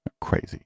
Crazy